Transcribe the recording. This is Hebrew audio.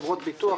חברות ביטוח,